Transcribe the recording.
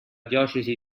diocesi